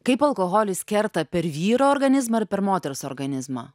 kaip alkoholis kerta per vyro organizmą ir per moters organizmą